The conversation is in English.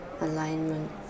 alignment